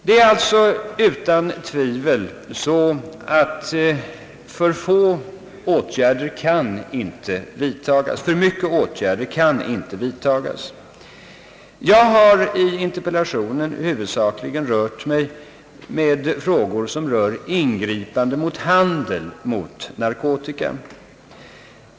Det är alltså utan tvivel så att för många motåtgärder icke kan vidtagas. Jag har i interpellationen huvudsakligen tagit upp frågor som rör ingripande mot handeln med narkotika.